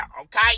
Okay